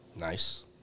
Nice